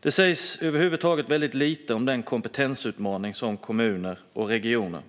Det sägs över huvud taget väldigt lite om den kompetensutmaning som kommuner och regioner